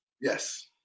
Yes